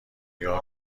نیگا